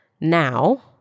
Now